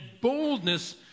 boldness